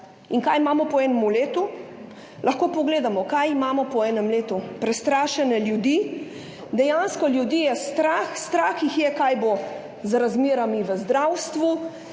In kaj imamo po enem letu? Lahko pogledamo, kaj imamo po enem letu. Prestrašene ljudi, ljudi je dejansko strah. Strah jih je, kaj bo z razmerami v zdravstvu,